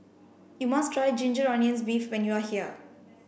you must try ginger onions beef when you are here